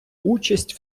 участь